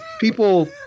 People